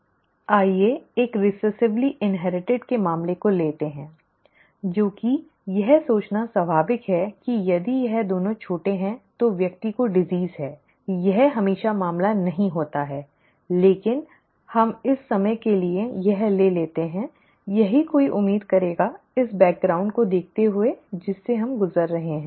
आइए एक recessively inherited के मामले को लेते हैं ठीक है जो कि यह सोचना स्वाभाविक है कि यदि यह दोनों छोटे हैं तो व्यक्ति को बीमारी है यह हमेशा मामला नहीं होता है लेकिन हम इस समय के लिए यह ले लेते हैं यही कोई उम्मीद करेगा इस पृष्ठभूमि को देखते हुए जिससे हम गुजर रहे हैं